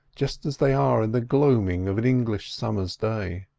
just as they are in the gloaming of an english summer's day.